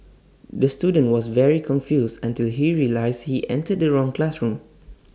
the student was very confused until he realised he entered the wrong classroom